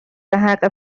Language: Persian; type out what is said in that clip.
بحق